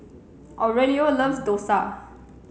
Aurelio loves Dosa